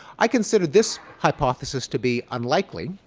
i consider this hypothesis to be unlikely.